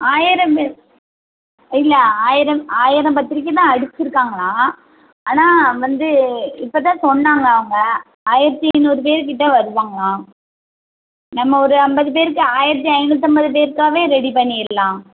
ஆயிரம் பே இல்லை ஆயிரம் ஆயிரம் பத்திரிக்கை தான் அடிச்சிருக்காங்களாம் ஆனால் வந்து இப்போ தான் சொன்னாங்க அவங்க ஆயிரத்தி நூறு பேருகிட்ட வருவாங்களாம் நம்ம ஒரு ஐம்பது பேருக்கு ஆயிரத்தி ஐநூற்றம்பது பேருக்காகவே ரெடி பண்ணிடலாம்